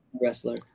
wrestler